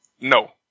No